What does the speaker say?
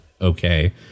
okay